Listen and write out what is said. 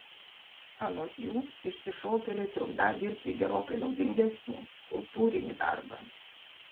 anot jų išsišokėliai trukdą dirbti gerokai naudingesnį kultūrinį darbą